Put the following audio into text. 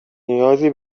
نیازی